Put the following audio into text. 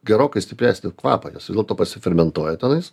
gerokai stipresnį kvapą nes vis dėlto pasifermentuoja tenais